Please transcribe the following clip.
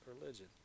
religion